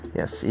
Yes